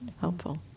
helpful